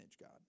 God